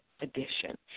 edition